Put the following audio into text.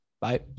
Bye